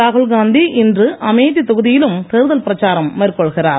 ராகுல் காந்தி இன்று அமேதி தொகுதியிலும் தேர்தல் பிரச்சாரம் மேற்கொள்கிறார்